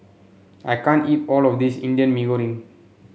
I can't eat all of this Indian Mee Goreng